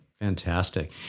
Fantastic